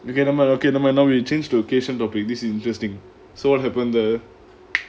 okay never mind okay never mind now we change to keyshen topic this is interesting so what happened there